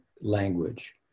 language